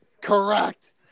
Correct